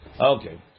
Okay